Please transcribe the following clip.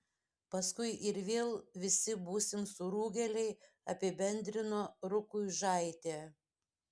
paskui ir vėl visi būsim surūgėliai apibendrino rukuižaitė